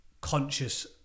conscious